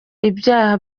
ibyaha